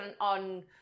on